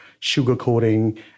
sugarcoating